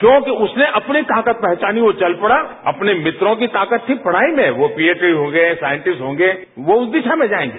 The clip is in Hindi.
क्यों कि उसने अपनी ताकत पहचानी वह चल पड़ा अपने मित्रों की ताकत थी पढ़ाई में वो पीएचडी होंगे साइंटिस्ट होंगे वह उस दिशा में जाएंगे